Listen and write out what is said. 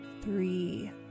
three